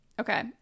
Okay